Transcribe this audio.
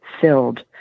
filled